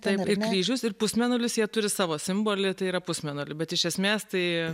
taip ir kryžius ir pusmėnulis jie turi savo simbolį tai yra pusmėnulį bet iš esmės tai